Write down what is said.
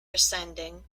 ascending